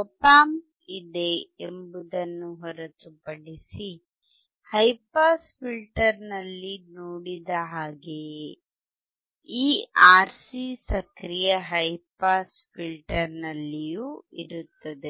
app amp ಇದೆ ಎಂಬುದನ್ನು ಹೊರತುಪಡಿಸಿಹೈ ಪಾಸ್ ಫಿಲ್ಟರ್ ನಲ್ಲಿ ನೋಡಿದ ಹಾಗೆಯೆ ಈ RC ಸಕ್ರಿಯ ಹೈ ಪಾಸ್ ಫಿಲ್ಟರ್ ನಲ್ಲಿ ಇರುತ್ತದೆ